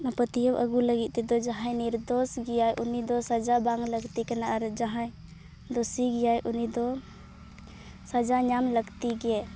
ᱚᱱᱟ ᱯᱟᱹᱛᱭᱟᱹᱣ ᱟᱹᱜᱩ ᱞᱟᱹᱜᱤᱫ ᱛᱮᱫᱚ ᱡᱟᱦᱟᱸᱭ ᱱᱤᱨᱫᱳᱥ ᱜᱮᱭᱟᱭ ᱩᱱᱤ ᱫᱚ ᱥᱟᱡᱟ ᱵᱟᱝ ᱞᱟᱹᱠᱛᱤ ᱠᱟᱱᱟ ᱟᱨ ᱡᱟᱦᱟᱸᱭ ᱫᱳᱥᱤ ᱜᱮᱭᱟᱭ ᱩᱱᱤ ᱫᱚ ᱥᱟᱡᱟ ᱧᱟᱢ ᱞᱟᱹᱠᱛᱤᱜᱮ